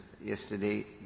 yesterday